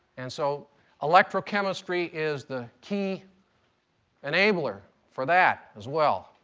and so electrochemistry is the key enabler for that as well.